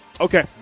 Okay